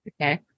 Okay